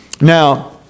Now